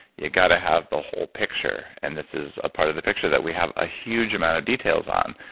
you got to have the whole picture, and this is a part of the picture that we have a huge amount of details on.